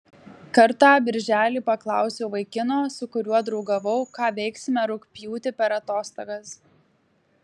kartą birželį paklausiau vaikino su kuriuo draugavau ką veiksime rugpjūtį per atostogas